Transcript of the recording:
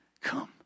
come